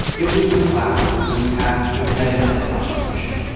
it was mcleod who was tasked with heading up the prosecution.